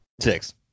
Six